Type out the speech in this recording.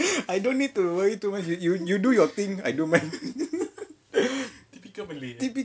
I don't need to worry too much you you you do your thing I do mine